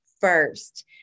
first